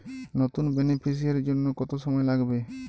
নতুন বেনিফিসিয়ারি জন্য কত সময় লাগবে?